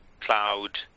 cloud